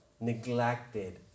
neglected